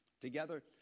Together